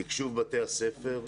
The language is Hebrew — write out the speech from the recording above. תקשוב בתי הספר.